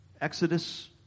Exodus